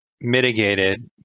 mitigated